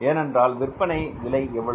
ஏனென்றால் விற்பனை விலை எவ்வளவு